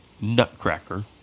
...nutcracker